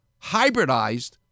hybridized